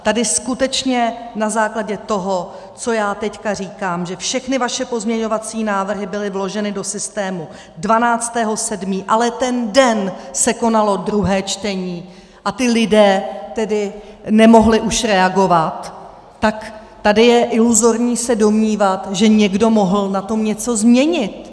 Tady skutečně na základě toho, co já teď říkám, že všechny vaše pozměňovací návrhy byly vloženy do systému 12. 7., ale ten den se konalo druhé čtení a ti lidé nemohli už reagovat, tak tady je iluzorní se domnívat, že někdo mohl na tom něco změnit.